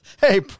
Hey